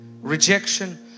rejection